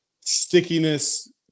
stickiness